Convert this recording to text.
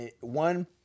one